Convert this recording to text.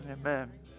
amen